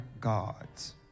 gods